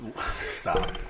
Stop